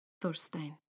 Thorstein